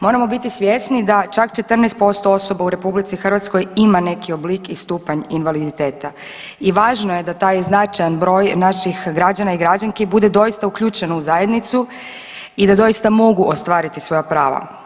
Moramo biti svjesni da čak 14% osoba u RH ima neki oblik i stupanj invaliditeta i važno je da taj značajan broj naših građana i građanki bude doista uključen u zajednicu i da doista mogu ostvariti svoja prava.